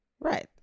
right